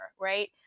right